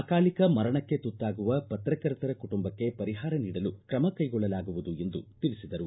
ಅಕಾಲಿಕ ಮರಣಕ್ಕೆ ತುತ್ತಾಗುವ ಪತ್ರಕರ್ತರ ಕುಟುಂಬಕ್ಕೆ ಪರಿಹಾರ ನೀಡಲು ಕ್ರಮ ಕೈಗೊಳ್ಳಲಾಗುವುದು ಎಂದು ತಿಳಿಸಿದರು